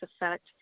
effect